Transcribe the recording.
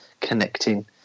connecting